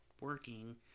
working